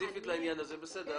ספציפית לעניין הזה, בסדר.